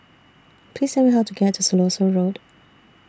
Please Tell Me How to get to Siloso Road